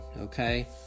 okay